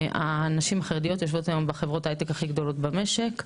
הנשים החרדיות יושבות היום בחברות הייטק הכי גדולות במשק,